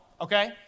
okay